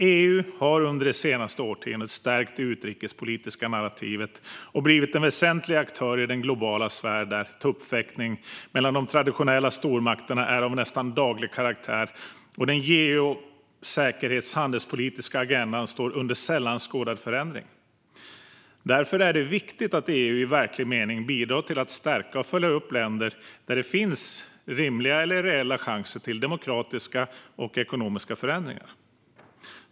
EU har under det senaste årtiondet stärkt det utrikespolitiska narrativet och blivit en väsentlig aktör i den globala sfär där tuppfäktning mellan de traditionella stormakterna är av nästan daglig karaktär, och den geopolitiska, säkerhetspolitiska och handelspolitiska agendan står under sällan skådad förändring. Därför är det viktigt att EU i verklig mening bidrar till att stärka och följa upp länder där det finns rimliga eller reella chanser till demokratiska och ekonomiska förändringar.